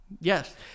Yes